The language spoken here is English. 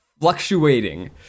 Fluctuating